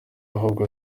ahubwo